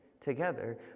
together